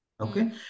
Okay